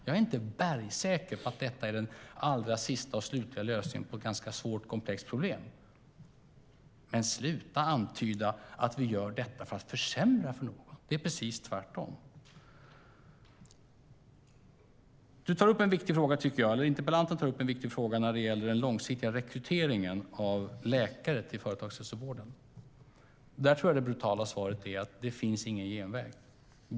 Jag är inte bergsäker på att detta är den slutgiltiga lösningen på ett svårt och komplext problem, men sluta antyd att vi göra detta för att försämra för någon när det är precis tvärtom. Interpellanten tar upp den viktiga frågan om långsiktig rekrytering av läkare till företagshälsovården. Det brutala svaret är att det inte finns någon genväg.